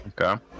Okay